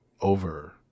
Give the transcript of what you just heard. over